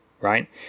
right